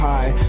High